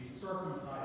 circumcised